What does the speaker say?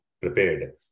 prepared